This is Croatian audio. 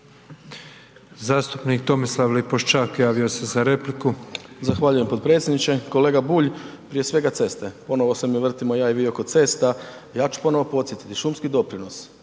Zastupnik Tomislav Lipošćak javio se za repliku. **Lipošćak, Tomislav (HDZ)** Zahvaljujem potpredsjedniče. Kolega Bulj, prije svega ceste, ponovo se mi vrtimo, ja i vi oko cesta, ja ću ponovo podsjetiti, šumski doprinos,